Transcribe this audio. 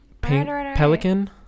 Pelican